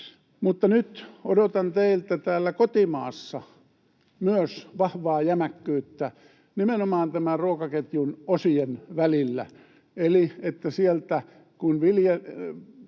Mutta nyt odotan teiltä myös täällä kotimaassa vahvaa jämäkkyyttä nimenomaan tämän ruokaketjun osien välillä. Kun sieltä viljelijältä